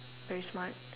very smart